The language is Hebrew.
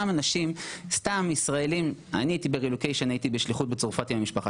אני הייתי בשליחות בצרפת עם המשפחה